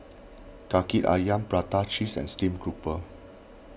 Kaki Ayam Prata Cheese and Steamed Grouper